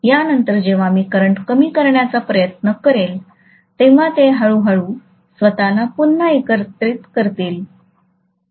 यानंतर जेव्हा मी करंट कमी करण्याचा प्रयत्न करेल तेव्हा ते हळूहळू स्वतला पुन्हा एकत्रित करतात